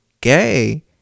gay